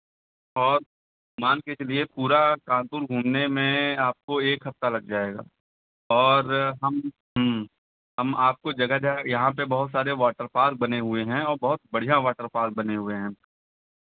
और मान के चलिए पूरा कानपुर घूमने में आपको एक हफ्ता लग जाएगा और हम ह्म्म हम आपको जगह जगह यहाँ पे बहुत सारे वॉटर पार्क बने हुए हैं औ बहुत बढ़ियाँ वाटर पार्क बने हुए हैं